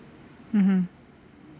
mmhmm